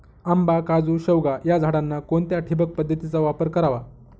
आंबा, काजू, शेवगा या झाडांना कोणत्या ठिबक पद्धतीचा वापर करावा?